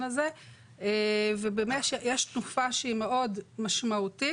הזה ויש תנופה שהיא מאוד משמעותית,